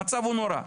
המצב הוא נורא.